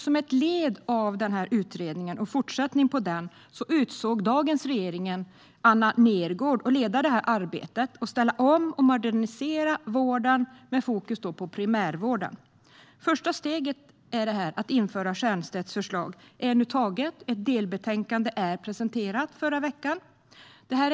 Som ett led i och en fortsättning på utredningen har den regering som finns i dag utsett Anna Nergårdh att leda arbetet med att ställa om och modernisera vården med fokus på primärvården. Första steget i att införa Stiernstedts förslag är nu taget: Ett delbetänkande presenterades i förra veckan.